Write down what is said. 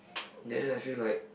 then I feel like